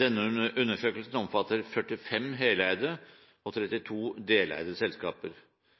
Denne undersøkelsen omfatter 45 heleide og 32 deleide selskaper.